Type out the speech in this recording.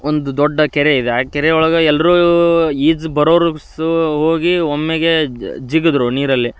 ಒಂದು ದೊಡ್ಡ ಕೆರೆ ಇದೆ ಆ ಕೆರೆ ಒಳಗೆ ಎಲ್ಲರೂ ಈಜು ಬರೋರು ಹೋಗಿ ಒಮ್ಮೆಗೆ ಜ್ ಜಿಗಿದ್ರು ನೀರಲ್ಲಿ